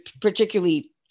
particularly